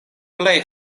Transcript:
plej